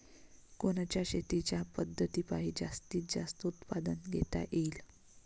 कोनच्या शेतीच्या पद्धतीपायी जास्तीत जास्त उत्पादन घेता येईल?